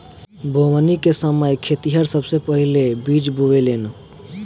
बोवनी के समय खेतिहर सबसे पहिले बिज बोवेलेन